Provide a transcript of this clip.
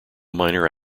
minor